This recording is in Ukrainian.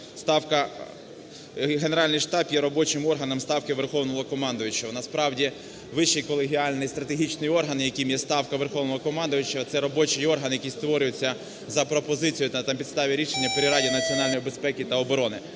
Генеральний штаб є робочим органом Ставки Верховного Головнокомандувача. Насправді вищий колегіальний стратегічний орган, яким є Ставка Верховного Головнокомандувача, – це робочий орган, який створюється за пропозицією та на підставі рішення при Раді національної безпеки та оборони.